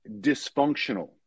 dysfunctional